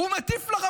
הוא מטיף לרמטכ"ל: